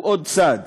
הוא עוד צעד,